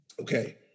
okay